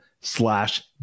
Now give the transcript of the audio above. slash